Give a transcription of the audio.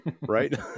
Right